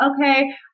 okay